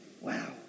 Wow